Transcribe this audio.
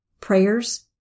prayers